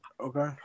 Okay